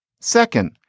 Second